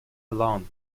alone